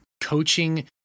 coaching